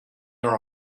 there